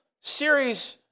series